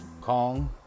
Kong